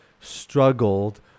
struggled